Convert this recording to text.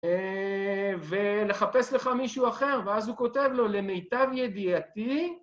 ולחפש לך מישהו אחר, ואז הוא כותב לו, למיטב ידיעתי,